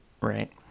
right